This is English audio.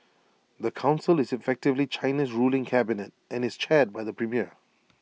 the Council is effectively China's ruling cabinet and is chaired by the premier